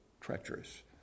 treacherous